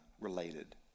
related